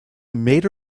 made